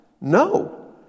No